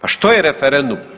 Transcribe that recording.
A što je referendum?